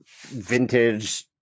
vintage